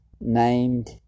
named